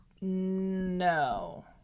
No